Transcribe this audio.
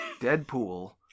Deadpool